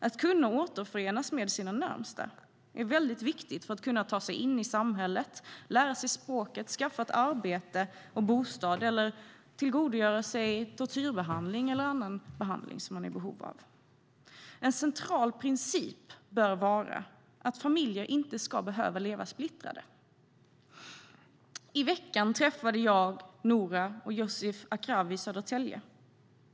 Att kunna återförenas med sina närmaste är väldigt viktigt för att kunna ta sig in i samhället, lära sig språket, skaffa arbete och bostad eller tillgodogöra sig tortyrbehandling eller annan behandling som man är i behov av. En central princip bör vara att familjer inte ska behöva leva splittrade. I veckan träffade jag Noora och Yousif Akrawi i Södertälje.